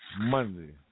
Monday